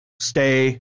stay